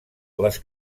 les